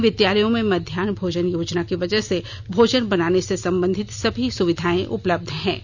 इन विद्यालयों में मध्याह भोजन योजना की वजह से भोजन बनाने से संबंधित सभी सुविधाएं उपलब्ध हैं